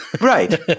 Right